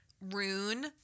Rune